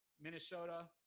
Minnesota